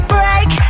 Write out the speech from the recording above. Break